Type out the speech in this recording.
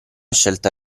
scelta